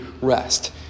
rest